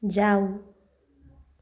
जाऊ